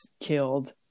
killed